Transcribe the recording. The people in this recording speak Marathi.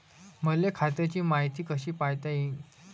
मले खात्याची मायती कशी पायता येईन?